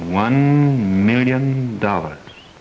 one million dollars